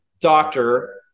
doctor